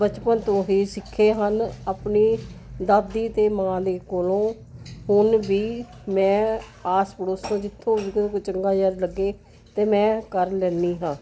ਬਚਪਨ ਤੋਂ ਹੀ ਸਿੱਖੇ ਹਨ ਆਪਣੀ ਦਾਦੀ ਅਤੇ ਮਾਂ ਕੋਲੋਂ ਹੁਣ ਵੀ ਮੈਂ ਆਸ ਪੜੋਸ ਤੋਂ ਜਿੱਥੋਂ ਵੀ ਕੋਈ ਚੰਗਾ ਜਿਹਾ ਲੱਗੇ ਤਾਂ ਮੈਂ ਕਰ ਲੈਂਦੀ ਹਾਂ